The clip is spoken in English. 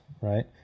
right